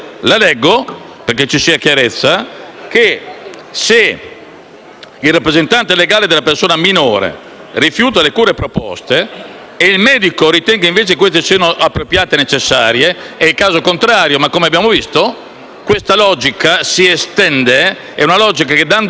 «il rappresentante legale della persona minore rifiuti le cure proposte e il medico ritenga invece che queste siano appropriate e necessarie». È il caso contrario di quelli citati, ma questa logica, dando al tribunale la possibilità di intervenire, si estende a 360 gradi.